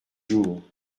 jours